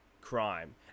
crime